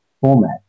format